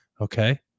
Okay